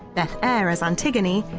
beth eyre as antigone,